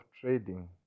trading